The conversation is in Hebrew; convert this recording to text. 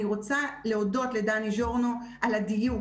אני רוצה להודות לדני ז'ורנו על הדיוק.